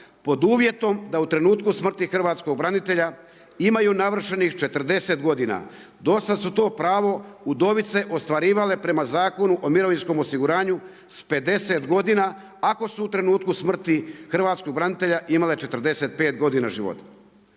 pod uvjetom da u trenutku smrti hrvatskog branitelja imaju navršenih 40 godina. Do sada su to pravo udovice ostvarivale prema Zakonu o mirovinskom osiguranju s 50 godina ako su u trenutku smrti hrvatskog branitelja imale 45 godina života.